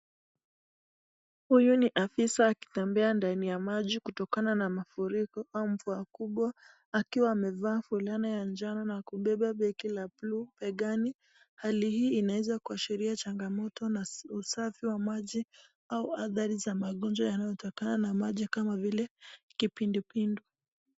Huyu ni afisa akitembea ndani ya maji kutokana na mafuriko au mvua kubwa akiwa amevaa fulana ya njano nakubeba begi la blue begani. Hali hii inaweza kuashiria changamoto la usafi wa maji au athari za magonjwa yanayotokana na maji kama vile kipindupindu.